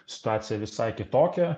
situacija visai kitokia